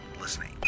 listening